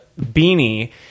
beanie